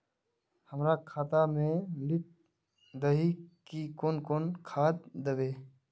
हमरा खाता में लिख दहु की कौन कौन खाद दबे?